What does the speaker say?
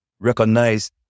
recognize